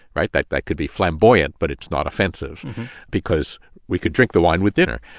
right? that that could be flamboyant, but it's not offensive because we could drink the wine with dinner.